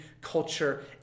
culture